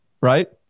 right